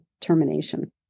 termination